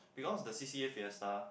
because the C_C_A fiesta